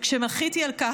כשמחיתי על כך,